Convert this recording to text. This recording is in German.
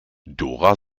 dora